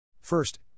First